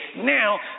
now